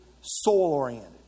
soul-oriented